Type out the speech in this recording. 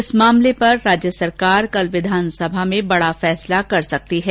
इस मामले पर राज्य सरकार कल विधानसभा में बडा फैसला कर सकती है